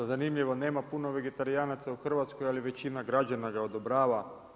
Zanimljivo nema puno vegetarijanac u Hrvatskoj, ali većina građana ga odobrava.